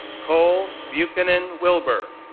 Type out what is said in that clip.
cole buchanan wilbur,